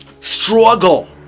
struggle